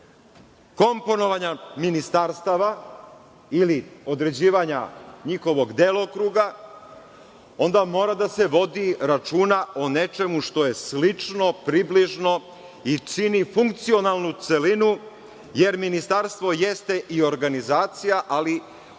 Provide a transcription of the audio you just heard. komponovanja ministarstava ili određivanja njihovog delokruga, onda mora da se vodi računa o nečemu što je slično, približno i čini funkcionalnu celinu, jer ministarstvo jeste i organizacija, ali ono ispunjava